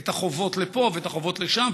את החובות לפה ואת החובות לשם,